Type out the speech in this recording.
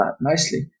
nicely